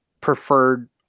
preferred